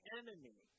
enemy